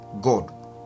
God